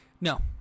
No